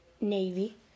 Navy